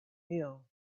meal